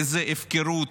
איזו הפקרות.